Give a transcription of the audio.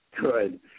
Good